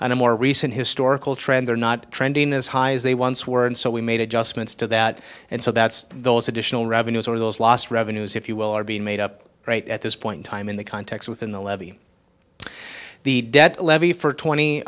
a more recent historical trend they're not trending as high as they once were and so we made adjustments to that and so that's those additional revenues or those lost revenues if you will are being made up right at this point time in the context within the levee the debt levy for twenty